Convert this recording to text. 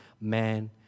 man